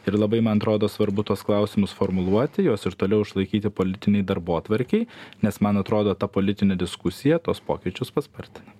ir labai man atrodo svarbu tuos klausimus formuluoti juos ir toliau išlaikyti politinėj darbotvarkėj nes man atrodo ta politinė diskusija tuos pokyčius paspartina